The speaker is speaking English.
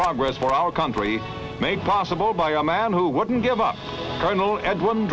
progress for our country made possible by a man who wouldn't give up colonel edwin